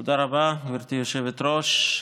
תודה רבה, גברתי היושבת-ראש.